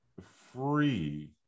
free